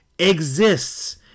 exists